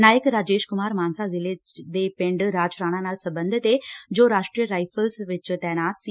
ਨਾਇਕ ਰਾਜੇਸ਼ ਕੁਮਾਰ ਮਾਨਸਾ ਜਿਲੇ ਦੇ ਪਿੰਡ ਰਾਜਰਾਣਾ ਨਾਲ ਸਬੰਧਤ ਏ ਜੋ ਰਾਸ਼ਟਰੀਯ ਰਾਈਫਲਜ ਵਿਚ ਤਾਇਨਾਤ ਸੀ